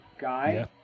guy